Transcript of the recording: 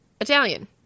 Italian